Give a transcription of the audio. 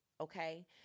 okay